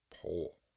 Pole